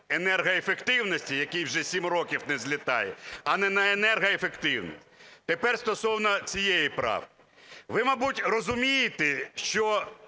енергоефективності, який вже 7 років "не злітає", а не на енергоефективність. Тепер стосовно цієї правки. Ви, мабуть, розумієте, що